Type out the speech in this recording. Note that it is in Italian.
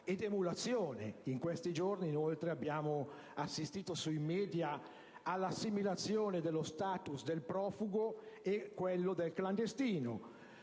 ed emulazione. In questi giorni, inoltre, abbiamo assistito sui media all'assimilazione dello *status* del profugo a quello del clandestino: